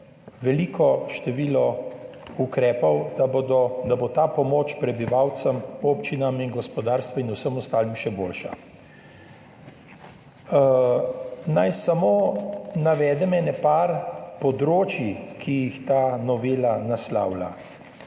veliko število ukrepov, da bo ta pomoč prebivalcem, občinam in gospodarstvu in vsem ostalim še boljša. Naj samo navedem ene par področij, ki jih ta novela naslavlja.